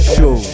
Show